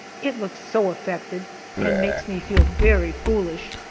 it looks so affected and makes me feel very foolish,